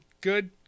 good